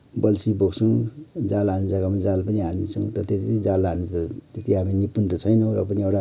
बल्छी बोक्छौँ जाल हाल्ने जग्गामा जाल पनि हाल्छौँ तर त्यति जाल हाल्नु त त्यति हामी निपुण त छैनौँ र पनि एउटा